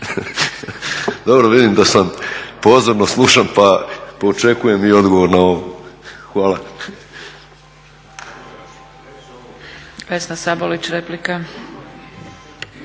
Dobro, vidim da sam pozorno slušan pa očekujem i odgovor na ovo. Hvala.